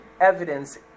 evidence